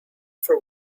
for